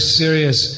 serious